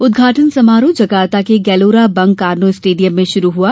उद्घाटन समारोह जकार्ता के गैलोरा बंग कार्नो स्टेडियम में शुरू हुआ